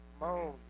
moan